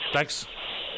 Thanks